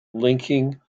linking